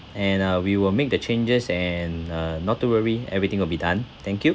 and uh we will make the changes and uh not to worry everything will be done thank you